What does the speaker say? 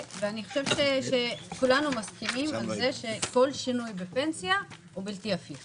אני חושבת שכולנו מסכימים על זה שכל שינוי בפנסיה הוא בלתי הפיך